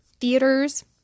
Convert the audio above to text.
theaters